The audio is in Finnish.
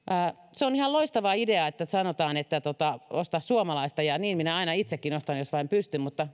se on ihan loistava idea että sanotaan että osta suomalaista ja niin minä aina itsekin ostan jos vain pystyn mutta